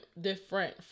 different